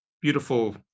beautiful